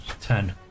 Ten